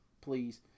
please